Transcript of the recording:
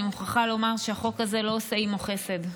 אני מוכרחה לומר שהחוק הזה לא עושה עימו חסד.